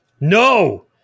No